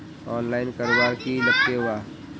Online करवार की लगते वा?